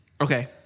Okay